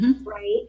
Right